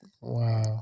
Wow